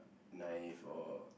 naive or